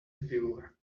viewer